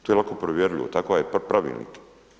To je lako provjerljivo, takav je pravilnik.